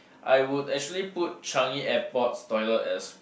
I would actually put Changi-Airport's toilet as